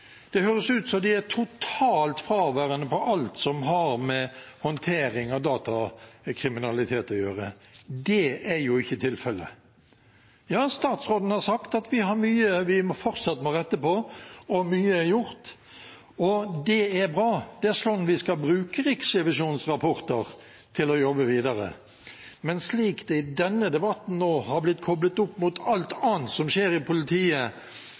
Det høres ut som om de er totalt fraværende på alt som har med håndtering av datakriminalitet å gjøre. Det er jo ikke tilfellet. Ja, statsråden har sagt at vi har mye vi fortsatt må rette på, og mye er gjort. Det er bra, det er slik vi skal bruke Riksrevisjonens rapporter, til å jobbe videre. Men at det i denne debatten nå har blitt koplet opp mot alt annet som skjer i politiet,